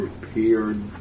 prepared